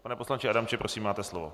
Pane poslanče Adamče, prosím, máte slovo.